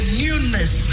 newness